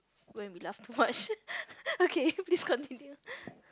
when we last watched okay please continue